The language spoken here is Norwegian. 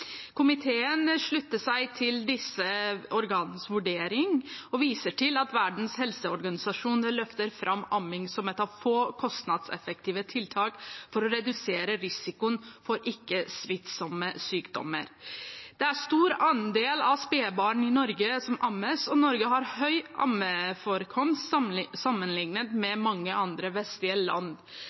Komiteen slutter seg til disse organenes vurdering og viser til at Verdens helseorganisasjon løfter fram amming som et av få kostnadseffektive tiltak for å redusere risikoen for ikke-smittsomme sykdommer. Det er en stor andel av spedbarna i Norge som ammes, og Norge har høy ammeforekomst sammenliknet med mange andre vestlige land.